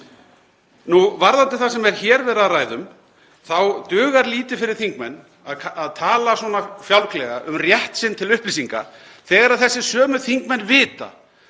Varðandi það sem er hér verið að ræða um þá dugar lítið fyrir þingmenn að tala svona fjálglega um rétt sinn til upplýsinga þegar þessir sömu þingmenn vita